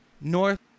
North